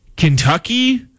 Kentucky